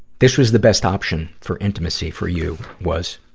this was the best option for intimacy for you, was